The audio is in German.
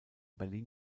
berlin